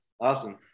Awesome